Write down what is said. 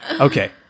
Okay